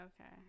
Okay